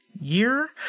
year